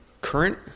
current